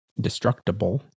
destructible